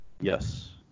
Yes